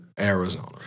Arizona